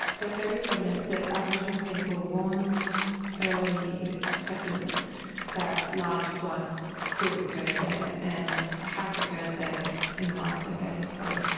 but there is evidence that aboriginal people warned early settlers that large floods could occur there, and had occurred there in the last decade or so.